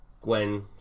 Gwen